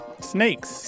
Snakes